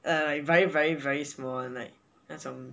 like very very very small like 那种